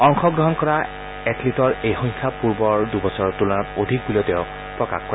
অংশগ্ৰহণ কৰা এথলিটৰ এই সংখ্যা পূৰ্বৰ দুবছৰৰ তুলনাত অধিক বুলিও তেওঁ প্ৰকাশ কৰে